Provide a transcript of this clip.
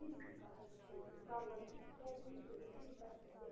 صِرف گَژھان وَدنَس کُن یُتھُے مےٚ پَلون آسہِ نَہ کیٚنٛہہ پرٛابلِم مےٚ چھُ گَژھان صِرِف وَدنَس کُن